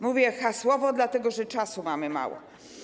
Mówię hasłowo, dlatego że czasu mamy mało.